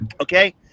Okay